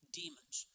demons